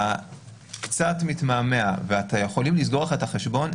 קצת מתמהמה אז יכולים לסגור את החשבון,